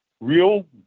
real